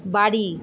বাড়ি